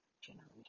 generation